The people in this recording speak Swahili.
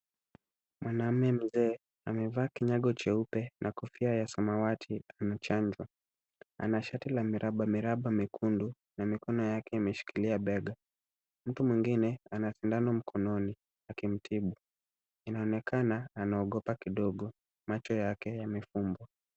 Mwanaume mzee amevaa kinyago cheupe na kofia ya samawati anachanjwa. Ana shati la miraba miraba mekundu na mikono yake imeshikilia bega. Mtu mwingine ana sindano mkononi akimtibu. Inaonekana anaogopa kidogo, macho yake yamefumbwa.